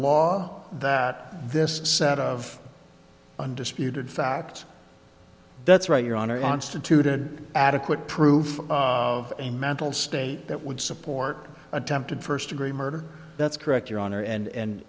law that this set of undisputed facts that's right your honor instituted adequate proof of a mental state that would support attempted first degree murder that's correct your honor and